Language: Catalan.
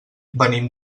venim